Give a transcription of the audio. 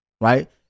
right